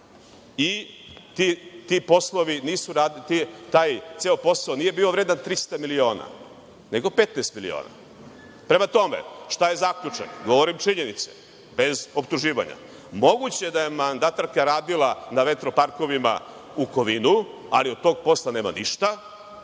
MK Komerca i taj ceo posao nije bio vredan 300 miliona, nego 15 miliona. Prema tome, šta je zaključak? Govorim činjenice, bez optuživanja. Mmoguće je da je mandatarka radila na vetroparkovima u Kovinu, ali od tog posla nema ništa,